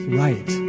right